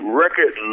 record